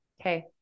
Okay